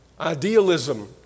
idealism